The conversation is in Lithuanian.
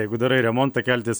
jeigu darai remontą keltis